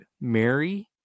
Mary